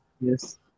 yes